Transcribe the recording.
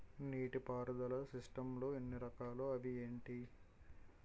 నీటిపారుదల సిస్టమ్ లు ఎన్ని రకాలు? అవి ఏంటి?